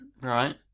Right